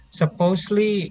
supposedly